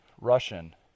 Russian